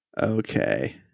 Okay